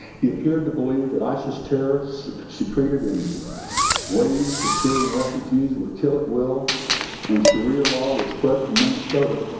he appeared to believe that isis terrorists secreted in waves of syrian refugees would kill at will and sharia law would spread from minnesota.